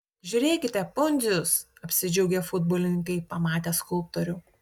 žiūrėkite pundzius apsidžiaugė futbolininkai pamatę skulptorių